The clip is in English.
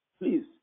Please